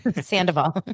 sandoval